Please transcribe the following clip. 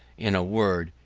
in a word,